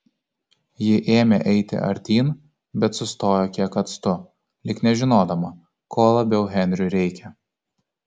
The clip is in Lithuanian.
ji ėmė eiti artyn bet sustojo kiek atstu lyg nežinodama ko labiau henriui reikia